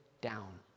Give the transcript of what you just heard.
down